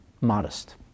modest